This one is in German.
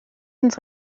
ins